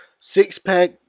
Six-pack